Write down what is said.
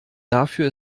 dafür